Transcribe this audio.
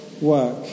work